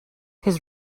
his